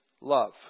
love